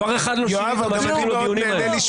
השאלה על תקופת הבחירות,